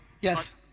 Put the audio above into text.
Yes